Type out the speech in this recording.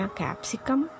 capsicum